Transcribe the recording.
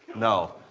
no.